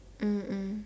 mm mm